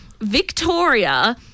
Victoria